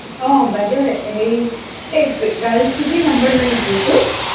অঁ বাইদেউ হেৰি এই গাৰ্লচ পিজি নাম্বাৰ হয় নেকি এইটো